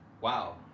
wow